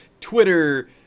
Twitter